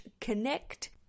connect